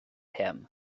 him